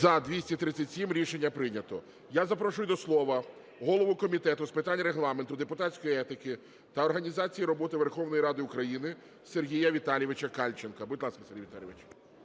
За-237 Рішення прийнято. Я запрошую до слова голову Комітету з питань Регламенту, депутатської етики та організації роботи Верховної Ради України Сергія Віталійовича Кальченка. Будь ласка, Сергій Віталійович.